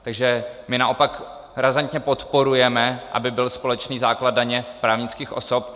Takže my naopak razantně podporujeme, aby byl společný základ daně právnických osob.